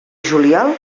juliol